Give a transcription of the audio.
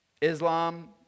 Islam